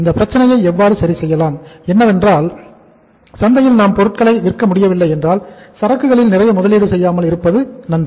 இந்த பிரச்சனையை இவ்வாறு சரி செய்யலாம் என்னவென்றால் சந்தையில் நாம் பொருட்களை விற்க முடியவில்லை என்றால் சரக்குகளில் நிறைய முதலீடு செய்யாமல் இருப்பது நன்று